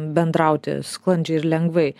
bendrauti sklandžiai ir lengvai